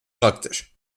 praktisch